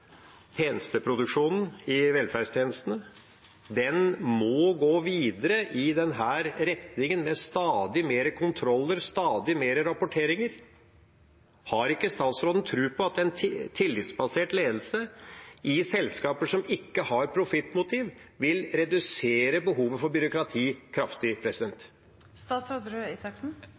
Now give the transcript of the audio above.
tjenesteproduksjonen i velferdstjenestene, må gå videre i denne retningen med stadig flere kontroller, stadig flere rapporteringer. Har ikke statsråden tro på at en tillitsbasert ledelse i selskaper som ikke har profittmotiv, vil redusere behovet for byråkrati kraftig?